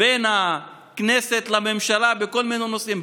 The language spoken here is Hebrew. בין הכנסת לממשלה בכל מיני נושאים.